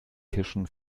kirschen